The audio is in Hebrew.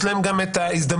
יש להם גם את ההזדמנות